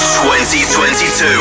2022